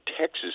Texas